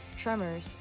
tremors